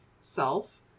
self